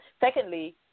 secondly